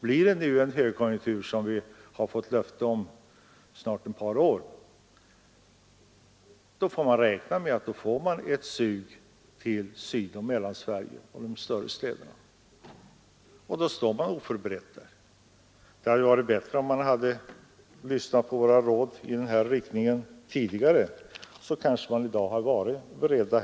Blir det nu en högkonjunktur — som vi har fått löfte om under snart ett par år — får vi räkna med ett sug till Sydoch Mellansverige och till de större städerna, och då står man oförberedd. Det hade varit bättre om man lyssnat på våra råd i den här riktningen tidigare, så kanske man i dag varit beredd.